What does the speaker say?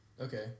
okay